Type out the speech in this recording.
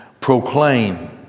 proclaim